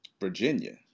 Virginia